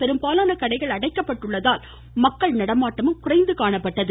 பெரும்பாலான கடைகள் அடைக்கப்பட்டுள்ளதால் மக்கள் நடமாட்டமும் குறைந்துள்ளது